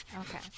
Okay